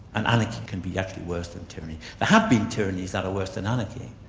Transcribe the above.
and anarchy can be actually worse than tyranny. there have been tyrannies that are worse than anarchy.